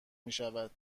میشود